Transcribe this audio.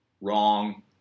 wrong